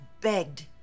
begged